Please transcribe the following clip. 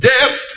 Death